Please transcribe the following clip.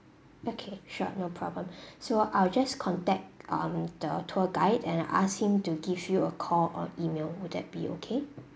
okay sure no problem so I will just contact um the tour guide and asked him to give you a call or email would that be okay